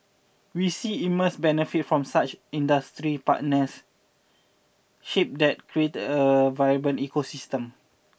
we see immense benefit from such industry partnership that create a vibrant ecosystem